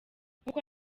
nk’uko